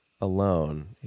alone